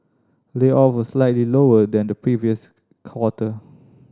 layoffs were slightly lower than the previous quarter